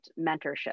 mentorship